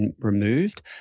removed